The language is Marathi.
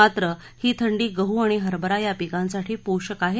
मात्र ही थंडी गह आणि हरभरा या पिकांसाठी पोषक आहे